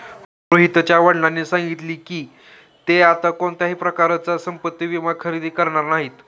रोहितच्या वडिलांनी सांगितले की, ते आता कोणत्याही प्रकारचा संपत्ति विमा खरेदी करणार नाहीत